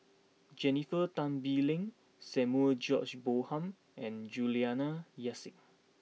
Jennifer Tan Bee Leng Samuel George Bonham and Juliana Yasin